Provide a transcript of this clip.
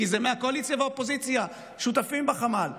כי מהקואליציה והאופוזיציה שותפים בחמ"ל,